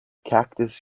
cactus